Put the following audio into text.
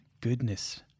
Goodness